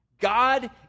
God